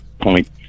point